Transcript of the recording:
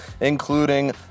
including